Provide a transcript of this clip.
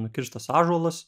nukirstas ąžuolas